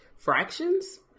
fractions